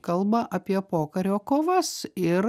kalba apie pokario kovas ir